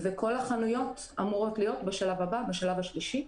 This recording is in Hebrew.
וכל החנויות אמורות להיות בשלב הבא, בשלב השלישי,